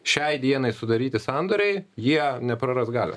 šiai dienai sudaryti sandoriai jie nepraras galios